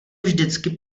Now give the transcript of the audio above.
vždycky